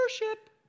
Worship